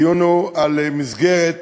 הדיון הוא על מסגרת